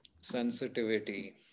sensitivity